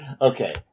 Okay